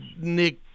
Nick